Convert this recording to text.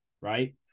right